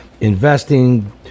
investing